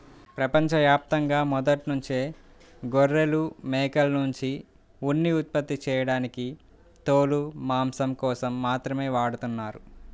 ప్రపంచ యాప్తంగా మొదట్నుంచే గొర్రెలు, మేకల్నుంచి ఉన్ని ఉత్పత్తి చేయడానికి తోలు, మాంసం కోసం మాత్రమే వాడతన్నారు